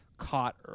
caught